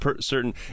certain –